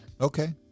okay